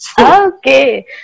Okay